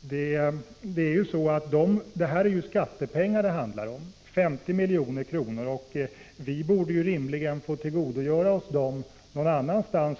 Det handlar nämligen om skattepengar, 50 milj.kr., och vi borde rimligen i så fall få tillgodogöra oss dem någon annanstans